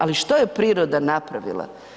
Ali, što je priroda napravila?